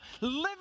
living